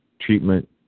treatment